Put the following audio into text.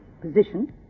position